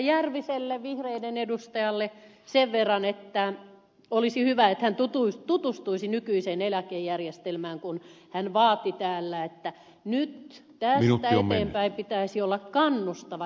järviselle vihreiden edustajalle sen verran että olisi hyvä että hän tutustuisi nykyiseen eläkejärjestelmään kun hän vaati täällä että nyt tästä eteenpäin pitäisi olla kannustava eläkejärjestelmä